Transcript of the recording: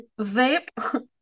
vape